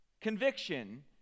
conviction